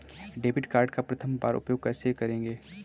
Debit card का प्रथम बार उपयोग कैसे करेंगे?